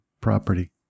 property